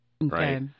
right